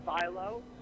Philo